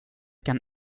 kan